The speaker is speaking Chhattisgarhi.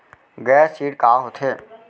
गैर ऋण का होथे?